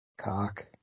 Cock